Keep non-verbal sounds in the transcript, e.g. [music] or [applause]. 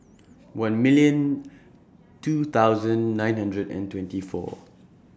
one million two thousand nine hundred and twenty four [noise]